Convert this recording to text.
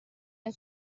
nel